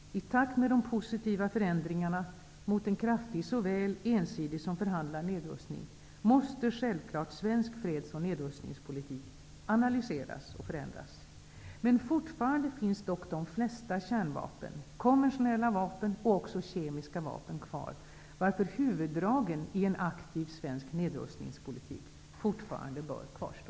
I takt med de positiva förändringarna mot en kraftig såväl ensidig som förhandlad nedrustning måste självfallet svensk freds och nedrustningspolitik analyseras och förändras. Fortfarande finns dock de flesta kärnvapen, konventionella vapen och också kemiska vapen kvar, varför huvuddragen i en aktiv svensk nedrustningspolitik fortfarande bör kvarstå.